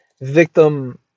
victim